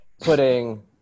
putting